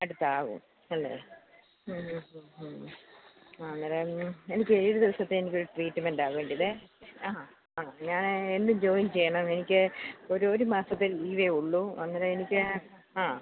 അടുത്താവും അല്ലേ ആ അന്നേരം എനിക്ക് ഏഴ് ദിവസത്തെ എനിക്കൊരു ട്രീറ്റ്മെൻറ്റാ വേണ്ടിയത് ആ ആ ഞാൻ എന്ന് ജോയിൻ ചെയ്യണം എനിക്ക് ഒരു ഒരു മാസത്തെ ലീവേ ഉള്ളൂ അങ്ങനെ എനിക്ക് ആ